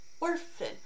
orphan